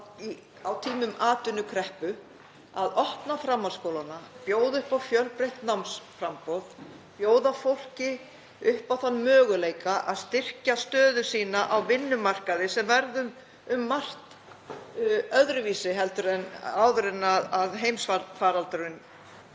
á tímum atvinnukreppu að opna framhaldsskólana, bjóða upp á fjölbreytt námsframboð, bjóða fólki upp á þann möguleika að styrkja stöðu sína á vinnumarkaði sem verður um margt öðruvísi heldur en áður að heimsfaraldurinn